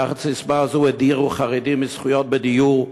תחת ססמה זו הדירו חרדים מזכויות בדיור,